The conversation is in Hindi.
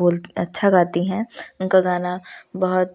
बोल अच्छा गाती हैं उनका गाना बहुत